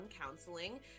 Counseling